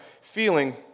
feeling